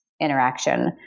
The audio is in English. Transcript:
interaction